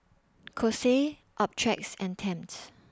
Kose Optrex and Tempt